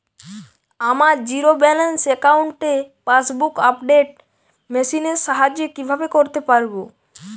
আমার zero balance অ্যাকাউন্টে passbook update machine এর সাহায্যে কীভাবে করতে পারব?